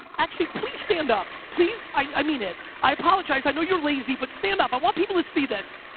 actually please stand up, please, i mean it. i apologize, i know you're lazy but stand up. i want people to see this,